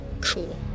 Cool